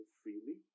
freely